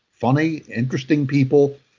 funny, interesting people.